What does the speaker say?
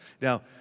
Now